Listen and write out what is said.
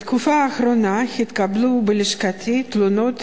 בתקופה האחרונה התקבלו בלשכתי תלונות